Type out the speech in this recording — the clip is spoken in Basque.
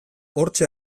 hortxe